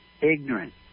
ignorant